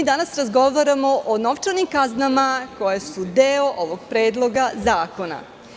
Danas razgovaramo o novčanim kaznama koje su deo ovog Predloga zakona.